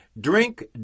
drink